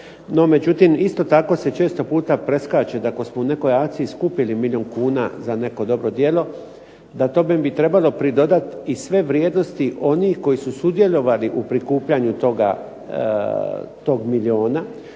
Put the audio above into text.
No međutim isto tako se često puta preskače da ako smo u nekoj akciji skupili milijun kuna za neko dobro djelo, da tome bi trebalo pridodati i sve vrijednosti onih koji su sudjelovali u prikupljanju tog milijuna,